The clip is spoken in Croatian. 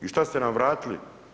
I šta ste nam vratili?